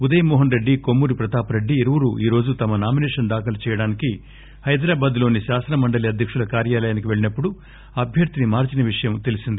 ఉదయమోహనరెడ్డి కోమ్మూరి ప్రతాప్రెడ్డి ఇరువురూ ఈరోజు తమ నామినేషస్ దాఖలు చేయడానికి హైదరాబాద్లోని శాసనమండలి అధ్యకుల కార్యాలయానికి వెళ్ళినప్పుడు అభ్యర్థిని మార్చిన విషయం తెలిసింది